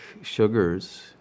sugars